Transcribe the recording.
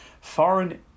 foreign